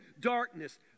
darkness